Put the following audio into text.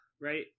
right